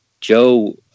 Joe